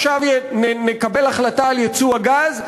עכשיו נקבל החלטה על ייצוא הגז,